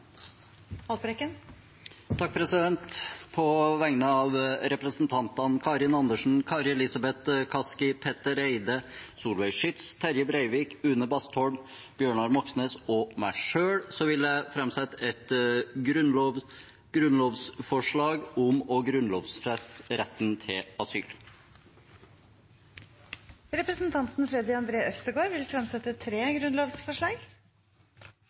På vegne av representantene Karin Andersen, Kari Elisabeth Kaski, Petter Eide, Solveig Schytz, Terje Breivik, Une Bastholm, Bjørnar Moxnes og meg selv vil jeg framsette et grunnlovsforslag om å grunnlovfeste retten til asyl. Representanten Freddy André Øvstegård vil fremsette tre grunnlovsforslag.